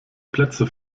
plätze